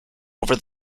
over